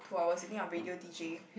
a radio D J